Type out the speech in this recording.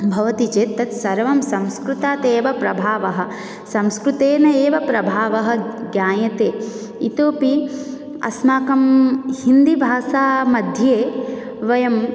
भवति चेत् तत् सर्वं संस्कृतात् एव प्रभावः संस्कृतेन एव प्रभावः ज्ञायते इतोऽपि अस्माकं हिन्दीभाषामध्ये वयम्